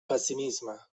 pessimisme